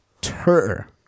tur